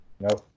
No